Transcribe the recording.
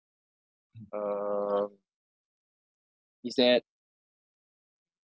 uh is that